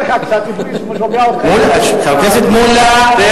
חבר הכנסת מולה, מולה.